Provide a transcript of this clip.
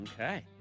Okay